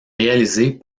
réalisées